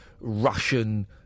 Russian